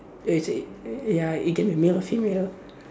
like you said ya it can be male or female